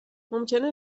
ممکنه